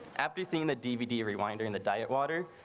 after seeing the dvd rewinding the diet water.